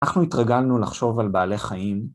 אנחנו התרגלנו לחשוב על בעלי חיים.